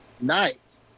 night